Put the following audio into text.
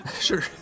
Sure